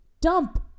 dump